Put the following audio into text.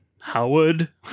Howard